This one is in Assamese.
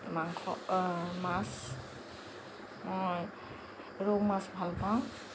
মাংস মাছ মই ৰৌ মাছ ভাল পাওঁ